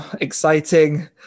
exciting